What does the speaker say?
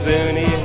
Zuni